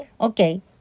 Okay